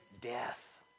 death